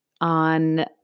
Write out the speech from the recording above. on